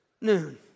noon